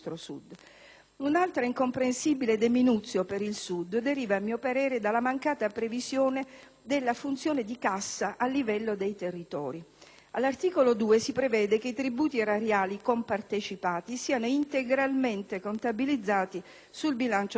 Un'altra incomprensibile *deminutio* per il Sud deriva, a mio parere, dalla mancata previsione della funzione di cassa a livello dei territori. All'articolo 2 si prevede che i tributi erariali compartecipati siano integralmente contabilizzati sul bilancio dello Stato.